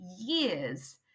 years